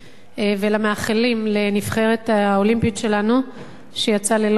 ולמאחלים לנבחרת האולימפית שלנו שיצאה ללונדון.